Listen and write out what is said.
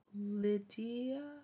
Lydia